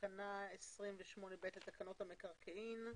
תקנה 28(ב) לתקנות המקרקעין.